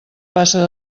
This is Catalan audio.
passa